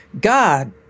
God